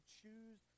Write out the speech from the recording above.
choose